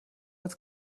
als